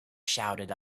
shouted